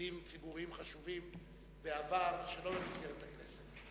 בתפקידים ציבוריים חשובים בעבר, שלא במסגרת הכנסת.